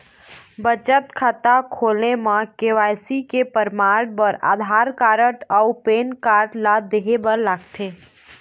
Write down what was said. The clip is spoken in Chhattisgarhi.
बचत खाता खोले म के.वाइ.सी के परमाण बर आधार कार्ड अउ पैन कार्ड ला देहे बर लागथे